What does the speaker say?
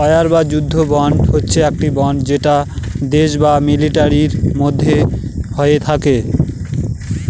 war বা যুদ্ধ bond হচ্ছে একটি বন্ড যেটা দেশ আর মিলিটারির মধ্যে হয়ে থাকে